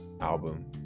album